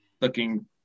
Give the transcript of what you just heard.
looking